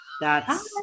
That's-